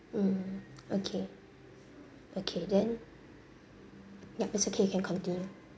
mm okay okay then yup it's okay you can continue